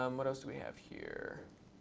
um what else do we have here?